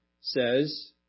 says